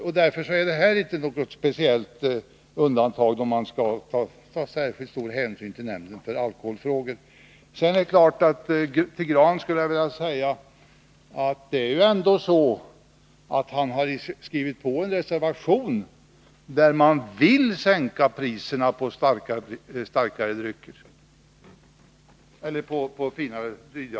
Den här frågan borde därför inte vara något undantag, så att man just när det gäller den skall ta särskilt stor hänsyn till nämnden för alkoholfrågor. Slutligen vill jag säga till Olle Grahn att han ändå har skrivit på en reservation där man föreslår en sänkning av priserna på de dyra vinerna.